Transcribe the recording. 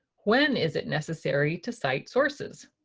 when is it necessary to cite sources?